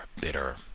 Bitter